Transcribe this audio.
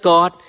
God